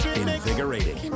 invigorating